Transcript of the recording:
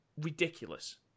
ridiculous